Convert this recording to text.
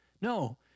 No